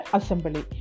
Assembly